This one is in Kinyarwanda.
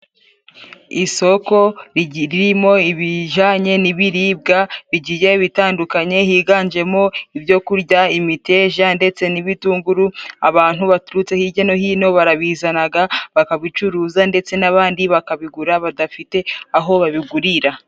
Isoko ririmo ibijanye n'ibiribwa bigiye bitandukanye higanjemo ibyo kurya imiteja ndetse n'ibitunguru. Abantu baturutse hirya no hino barabizanaga, bakabicuruza ndetse n'abandi bakabigura badafite aho babigurira.